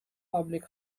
public